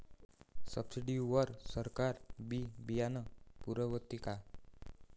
Subsidy वर सरकार बी बियानं पुरवते का?